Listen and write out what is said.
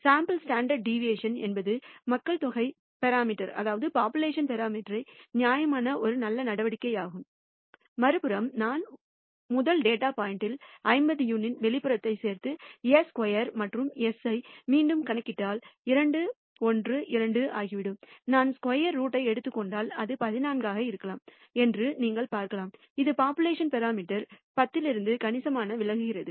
sample standard deviation என்பது மக்கள் தொகை பராமீட்டர் நியாயமான ஒரு நல்ல நடவடிக்கையாகும் மறுபுறம் நான் முதல் டேட்டா பாயிண்டில் 50 யூனிட் வெளிப்புறத்தைச் சேர்த்து s ஸ்கொயர் மற்றும் sஐ மீண்டும் கணக்கிட்டால் 212ஆகிவிடும் நான் ஸ்கொயர் ரூட்டாக எடுத்துக் கொண்டால் அது 14 ஆக இருக்கலாம் என்று நீங்கள் பார்க்கலாம் இது போப்புலேஷன் பராமீட்டர் 10 இலிருந்து கணிசமாக விலகுகிறது